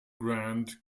grand